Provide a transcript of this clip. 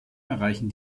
erreichen